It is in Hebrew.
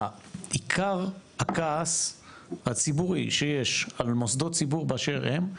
עיקר הכעס הציבורי שיש על מוסדות ציבור באשר הם,